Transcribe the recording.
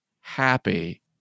happy